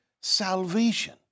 salvation